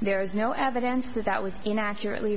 there is no evidence that that was in accurately